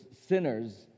sinners